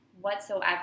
whatsoever